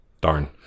darn